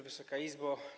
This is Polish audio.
Wysoka Izbo!